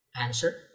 Answer